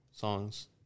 songs